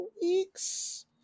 weeks